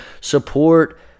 support